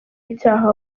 icyaha